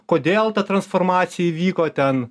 kodėl ta transformacija įvyko ten